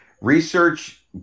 Research